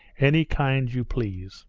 any kind you please